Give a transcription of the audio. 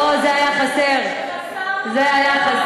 אוה, זה היה חסר, זה היה חסר.